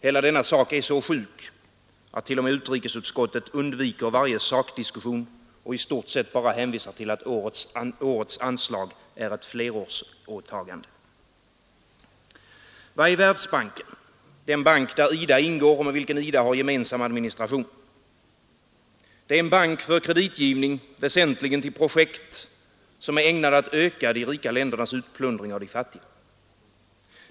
Hela denna sak är så sjuk, att t.o.m. utrikesutskottet undviker varje sakdiskussion och i stort sett bara hänvisar till att årets anslag är ett flerårsåtagande. Vad är Världsbanken, den bank där IDA ingår och med vilken IDA har gemensam administration? Det är en bank för kreditgivning väsentligen till projekt, vilka är ägnade att öka de rika ländernas utplundring av de fattiga.